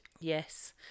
yes